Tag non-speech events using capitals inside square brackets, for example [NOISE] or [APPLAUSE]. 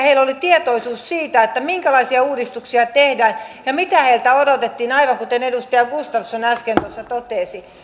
[UNINTELLIGIBLE] heillä oli tietoisuus siitä minkälaisia uudistuksia tehdään ja mitä heiltä odotettiin aivan kuten edustaja gustafsson äsken totesi